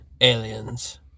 aliens